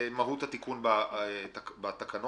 המעמד של המתווכים בישראל השתנה מאוד ב-14 השנים האחרונות